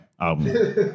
album